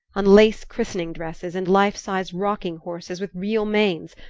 on lace christening dresses and life-size rocking-horses with real manes!